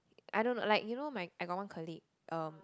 I don't know like you know I got one colleague um